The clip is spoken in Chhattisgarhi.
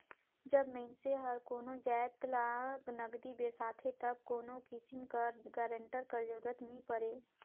जब मइनसे हर कोनो जाएत ल नगदी बेसाथे तब कोनो किसिम कर गारंटर कर जरूरत नी परे